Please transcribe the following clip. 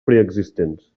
preexistents